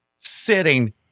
sitting